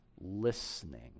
listening